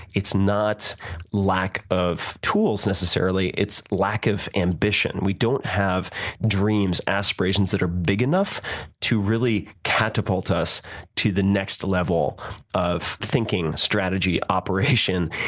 it's not lack of tools, necessarily, it's lack of ambition. we don't have dreams, aspirations that are big enough to really catapult us to the next level of thinking, strategy, operation,